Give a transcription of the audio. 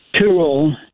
tool